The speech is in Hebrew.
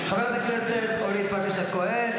חברת הכנסת מיכל שיר סגמן,